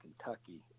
Kentucky